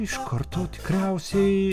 iš karto tikriausiai